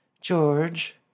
George